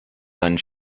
seinen